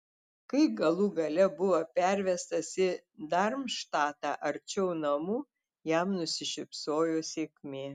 kai galų gale buvo pervestas į darmštatą arčiau namų jam nusišypsojo sėkmė